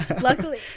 luckily